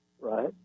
right